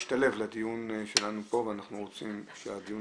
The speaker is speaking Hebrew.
משתלב לדיון שלנו פה ואנחנו רוצים שלדיון